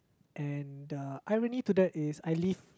and uh irony to that is I live